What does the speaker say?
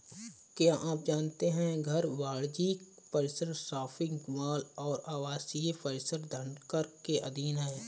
क्या आप जानते है घर, वाणिज्यिक परिसर, शॉपिंग मॉल और आवासीय परिसर धनकर के अधीन हैं?